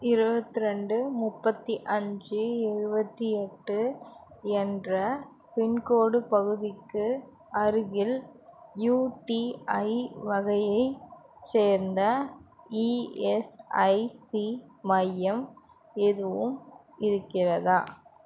இருவத்தி ரெண்டு முப்பத்து அஞ்சு எழுபத்தி எட்டு என்ற பின்கோடு பகுதிக்கு அருகில் யுடிஐ வகையைச் சேர்ந்த இஎஸ்ஐசி மையம் எதுவும் இருக்கிறதா